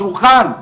שולחן.